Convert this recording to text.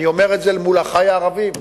אני אומר את זה מול אחי הערבים.